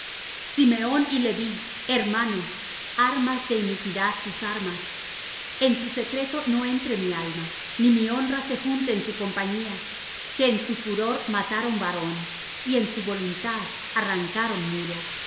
simeón y leví hermanos armas de iniquidad sus armas en su secreto no entre mi alma ni mi honra se junte en su compañía que en su furor mataron varón y en su voluntad arrancaron muro